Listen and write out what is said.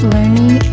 Learning